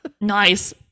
nice